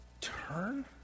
turn